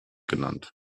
genannt